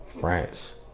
France